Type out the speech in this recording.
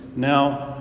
now,